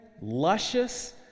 luscious